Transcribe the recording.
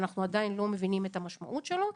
שאנחנו עדיין לא מבינים את המשעות שלו,